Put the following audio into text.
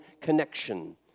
connection